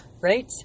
Right